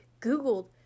Googled